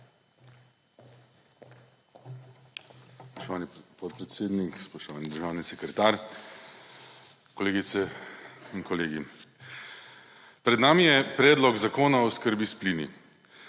Spoštovani podpredsednik, spoštovani državni sekretar, kolegice in kolegi! Pred nami je Predlog zakona o oskrbi s plini.